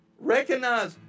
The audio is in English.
recognize